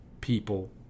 people